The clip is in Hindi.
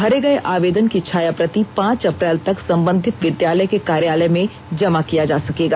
भरे गए आवेदन पत्र की छायाप्रति पांच अप्रैल तक संबंधित विद्यालय के कार्यालय में जमा किया जा सकेगा